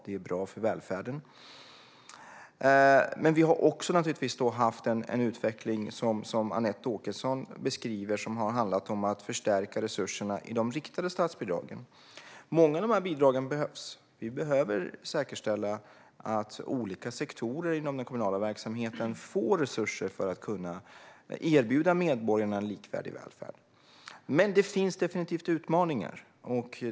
Det är bra för välfärden. Men vi har naturligtvis också haft den utveckling som Anette Åkesson beskriver, som har handlat om att förstärka resurserna i de riktade statsbidragen. Många av de bidragen behövs. Vi behöver säkerställa att olika sektorer inom den kommunala verksamheten får resurser för att kunna erbjuda medborgarna en likvärdig välfärd. Men det finns definitivt utmaningar.